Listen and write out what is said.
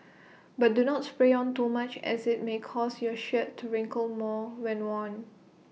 but do not spray on too much as IT may cause your shirt to wrinkle more when worn